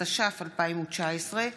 התש"ף 2019,